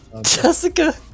Jessica